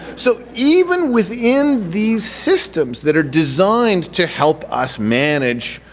so, even within these systems that are designed to help us manage